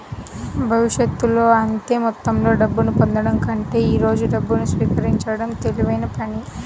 భవిష్యత్తులో అంతే మొత్తంలో డబ్బును పొందడం కంటే ఈ రోజు డబ్బును స్వీకరించడం తెలివైన పని